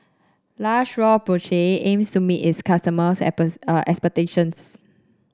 La Roche Porsay aims to meet its customers' expectations